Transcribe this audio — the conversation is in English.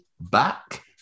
back